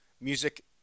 music